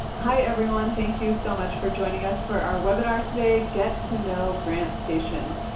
hi everyone, thank you so much for joining us for our webinar today get to know grantstation.